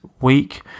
week